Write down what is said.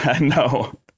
No